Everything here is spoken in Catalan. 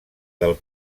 del